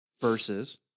versus